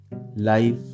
life